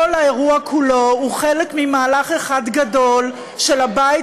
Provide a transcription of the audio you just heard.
כל האירוע כולו הוא חלק ממהלך אחד גדול של הבית